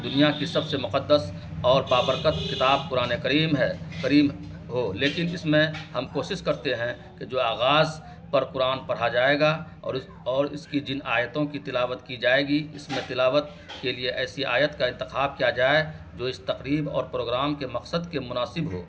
دنیا کی سب سے مقدس اور بابرکت کتاب قرآن کریم ہے کریم ہو لیکن اس میں ہم کوشش کرتے ہیں کہ جو آغاز پر قرآن پڑھا جائے گا اور اس اور اس کی جن آیتوں کی تلاوت کی جائے گی اس میں تلاوت کے لیے ایسی آیت کا انتخاب کیا جائے جو اس تقریب اور پروگرام کے مقصد کے مناسب ہو